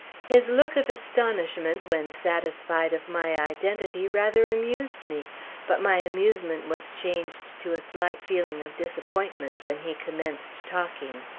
his look of astonishment when satisfied of my identity rather amused me but my amusement was changed to a slight feeling of disappointment when he commenced talking.